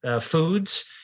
foods